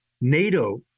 NATO